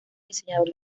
diseñador